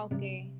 Okay